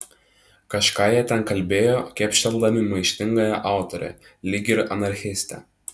kažką jie ten kalbėjo kepšteldami maištingąją autorę lyg ir anarchistę